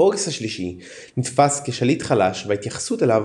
בוריס השלישי נתפש כשליט חלש וההתייחסות אליו